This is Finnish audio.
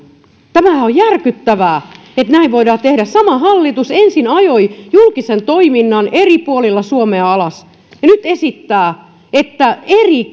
tämähän on järkyttävää että näin voidaan tehdä sama hallitus ensin ajoi julkisen toiminnan eri puolilla suomea alas ja nyt esittää että eri